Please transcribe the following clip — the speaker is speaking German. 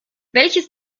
welches